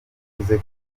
wavuze